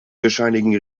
bescheinigen